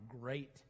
great